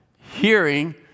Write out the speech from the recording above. Hearing